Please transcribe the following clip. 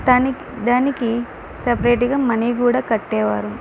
దానికి దానికి సపరేట్గా మనీ కూడా కట్టేవారు